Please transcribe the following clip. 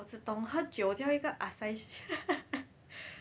我只懂喝酒叫一个 Asahi